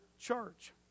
church